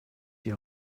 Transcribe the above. die